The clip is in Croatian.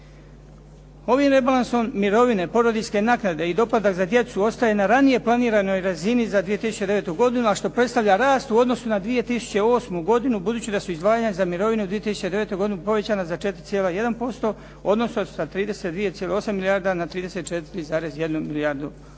Ovim rebalansom mirovine, porodiljske naknade i doplatak za djecu ostaje na ranije planiranoj razini za 2009. godinu, a što predstavlja rast u odnosu na 2008. godinu, budući da su izdvajanja za mirovine u 2009. godini povećane za 4,1%, odnosno sa 32,8 milijardi na 34,1 milijardu